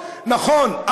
נכון,